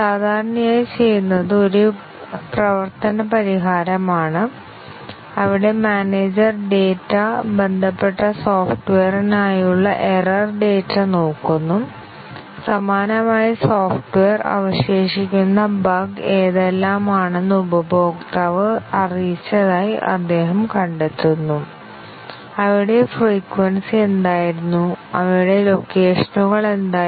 സാധാരണയായി ചെയ്യുന്നത് ഒരു പ്രവർത്തന പരിഹാരമാണ് അവിടെ മാനേജർ ഡാറ്റ ബന്ധപ്പെട്ട സോഫ്റ്റ്വെയറിനായുള്ള എറർ ഡാറ്റ നോക്കുന്നു സമാനമായ സോഫ്റ്റ്വെയർ അവശേഷിക്കുന്ന ബഗ് ഏതെല്ലാമാണെന്ന് ഉപഭോക്താവ് അറിയിച്ചതായി അദ്ദേഹം കണ്ടെത്തുന്നു അവയുടെ ഫ്രീക്വെൻസി എന്തായിരുന്നു അവയുടെ ലൊക്കേഷനുകൾ എന്തായിരുന്നു